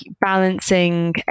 balancing